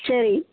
சரி